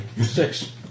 six